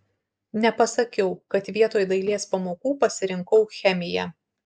nepasakiau kad vietoj dailės pamokų pasirinkau chemiją